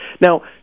Now